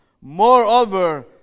Moreover